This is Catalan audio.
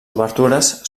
obertures